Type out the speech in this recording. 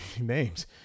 Names